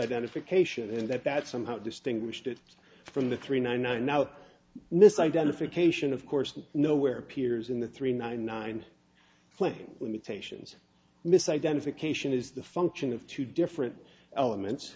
misidentification and that that somehow distinguished it from the three nine i now miss identification of course and nowhere appears in the three ninety nine playing limitations misidentification is the function of two different elements